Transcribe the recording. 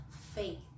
faith